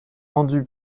rendu